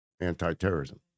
anti-terrorism